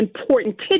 important